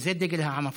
זה דגל העם הפלסטיני,